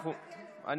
להגיע למקום.